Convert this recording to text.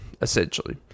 essentially